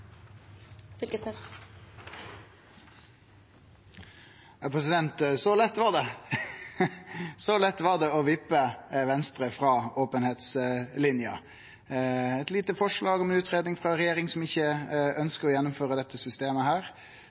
Så lett var det å vippe Venstre av openheitslinja – eit lite forslag om ei utgreiing frå ei regjering som ikkje ønskjer å gjennomføre dette systemet,